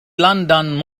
لندن